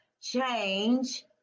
change